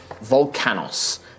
Volcanos